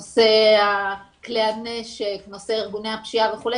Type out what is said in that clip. נושא כלי הנשק, נושא ארגוני הפשיעה וכו'.